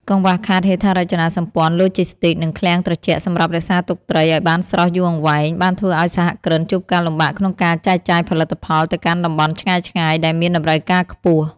កង្វះខាតហេដ្ឋារចនាសម្ព័ន្ធឡូជីស្ទីក និងឃ្លាំងត្រជាក់សម្រាប់រក្សាទុកត្រីឱ្យបានស្រស់យូរអង្វែង បានធ្វើឱ្យសហគ្រិនជួបការលំបាកក្នុងការចែកចាយផលិតផលទៅកាន់តំបន់ឆ្ងាយៗដែលមានតម្រូវការខ្ពស់។